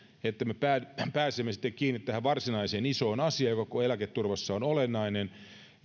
että me pääsemme sitten kiinni tähän varsinaiseen isoon asiaan joka koko eläketurvassa on olennainen